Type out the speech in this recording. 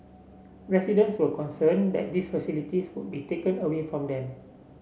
residents were concerned that these facilities would be taken away from them